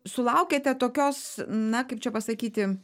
sulaukėte tokios na kaip čia pasakyti